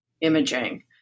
imaging